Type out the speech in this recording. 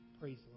Praise